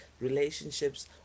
relationships